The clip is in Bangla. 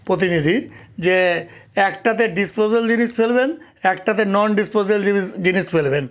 প্রতিনিধি যে একটাতে ডিস্পোজাল জিনিস ফেলবেন একটাতে নন ডিস্পোজাল জিনিস ফেলবেন